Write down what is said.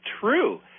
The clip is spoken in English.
true